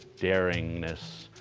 daringness,